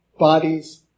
bodies